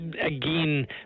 Again